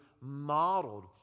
modeled